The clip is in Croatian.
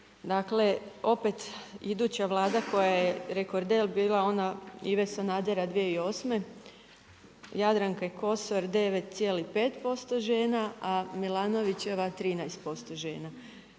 dakle, opet, iduća Vlada koja je rekorder bila ona Ive Sanadera 2008., Jadranke Kosor 9,5% žena, a Milanovićeva 13% žena.